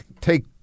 take